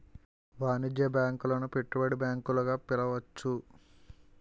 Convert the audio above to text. వాణిజ్య బ్యాంకులను పెట్టుబడి బ్యాంకులు గా పిలవచ్చు